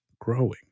growing